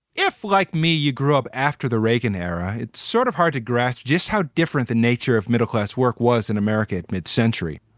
if, like me, you grew up after the reagan era. it's sort of hard to grasp just how different the nature of middle-class work was in america at mid century.